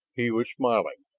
he was smiling,